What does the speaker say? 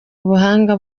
ubuhanga